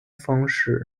方式